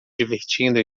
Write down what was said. divertindo